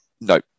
no